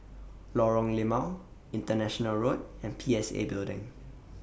Lorong Limau International Road and P S A Building